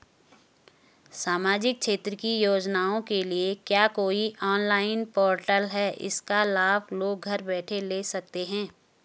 सामाजिक क्षेत्र की योजनाओं के लिए क्या कोई ऑनलाइन पोर्टल है इसका लाभ लोग घर बैठे ले सकते हैं?